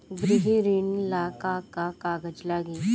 गृह ऋण ला का का कागज लागी?